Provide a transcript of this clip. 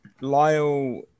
Lyle